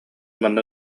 манна